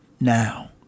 now